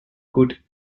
could